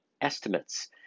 estimates